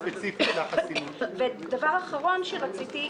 שאומרת שצריך לדון בחסינות בהקדם האפשרי,